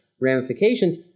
ramifications